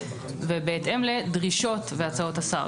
"בהתאם לדרישות והצעות השר".